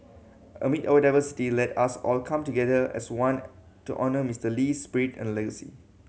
amid our diversity let us all come together as one to honour Mister Lee's spirit and legacy